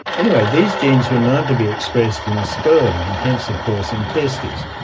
anyway, these genes were known to be expressed in sperm and hence of course in testes.